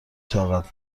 طاقت